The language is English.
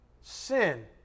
sin